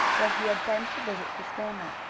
where he had been to visit his family.